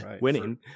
winning